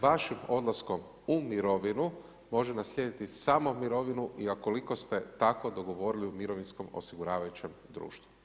Vašim odlaskom u mirovinu može naslijediti samo mirovinu i ukoliko ste tako dogovorili u mirovinskom osiguravajućem društvu.